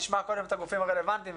נשמע את הגופים הרלבנטיים,